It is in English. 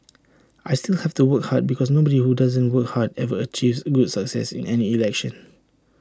I still have to work hard because nobody who doesn't work hard ever achieves good success in any election